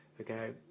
okay